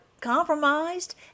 compromised